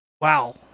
wow